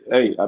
Hey